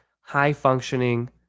high-functioning